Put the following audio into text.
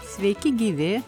sveiki gyvi